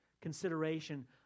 consideration